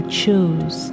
choose